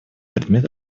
предмет